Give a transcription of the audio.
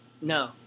No